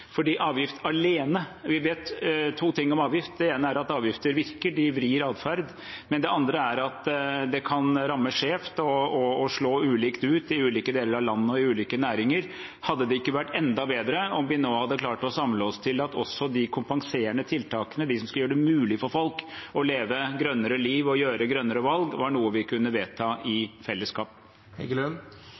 Vi vet to ting om avgifter. Det ene er at avgifter virker – de vrir atferd. Det andre er at de kan ramme skjevt og slå ulikt ut i ulike deler av landet og i ulike næringer. Hadde det ikke vært enda bedre om vi nå hadde klart å samle oss om at de kompenserende tiltakene, som skal gjøre det mulig for folk å leve grønnere liv og ta grønnere valg, var noe vi kunne vedta i